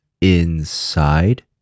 inside